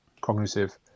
cognitive